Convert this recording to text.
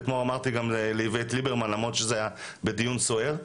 ואתמול אמרתי גם לליברמן למרות שזה היה בדיון סוער.